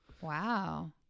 wow